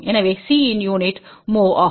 எனவே C இன் unit mho ஆகும்